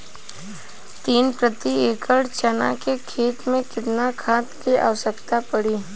तीन प्रति एकड़ चना के खेत मे कितना खाद क आवश्यकता पड़ी?